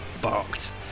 barked